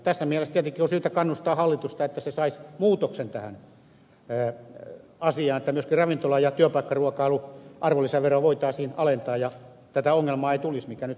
tässä mielessä tietenkin on syytä kannustaa hallitusta että se saisi muutoksen tähän asiaan jotta myöskin ravintola ja työpaikkaruokailun arvonlisäveroa voitaisiin alentaa ja tätä ongelmaa ei tulisi mikä nyt saattaa tulla